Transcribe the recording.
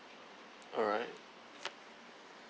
alright